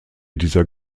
dieser